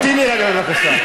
תמתיני רגע בבקשה.